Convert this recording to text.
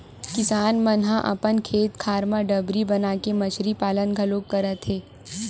किसान मन ह अपन खेत खार म डबरी बनाके मछरी पालन घलोक करत हे